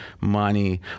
money